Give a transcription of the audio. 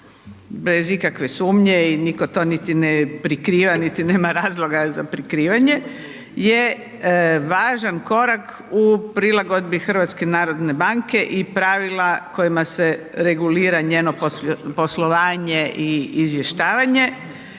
bez ikakve sumnje i niko to niti ne prikriva, niti nema razloga za prikrivanje je važan korak u prilagodbi HNB-a i pravila kojima se regulira njeno poslovanje i izvještavanje